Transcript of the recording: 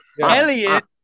Elliot